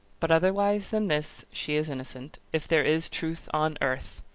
but, otherwise than this, she is innocent, if there is truth on earth!